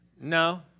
No